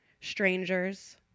Strangers